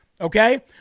okay